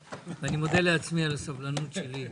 ואני מודה לעצמי על הסבלנות שלי אלי.